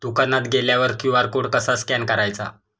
दुकानात गेल्यावर QR code कसा स्कॅन करायचा?